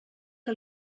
que